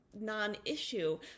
non-issue